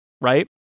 right